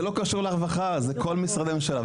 זה לא קשור לרווחה זה כל משרדי הממשלה.